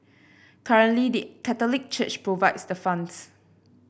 currently the Catholic Church provides the funds